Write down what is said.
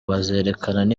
bazerekana